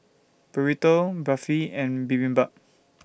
Burrito Barfi and Bibimbap